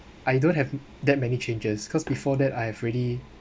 I don't have that many changes cause before that I have really